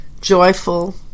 joyful